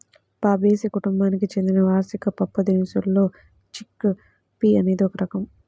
Fabaceae కుటుంబానికి చెందిన వార్షిక పప్పుదినుసుల్లో చిక్ పీ అనేది ఒక రకం